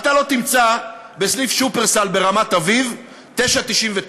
אני הלכתי עם עוזרי הפרלמנטריים המוכשרים ועוזרותי